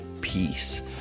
peace